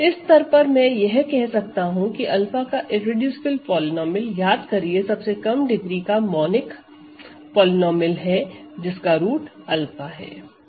इस स्तर पर मैं यह कह सकता हूं कि 𝛂 का इररेडूसिबल पॉलीनोमिअल याद करिए सबसे कम डिग्री का मोनिक पॉलीनोमिअल है जिसका रूट 𝛂 है